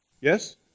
Yes